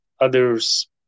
Others